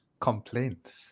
complaints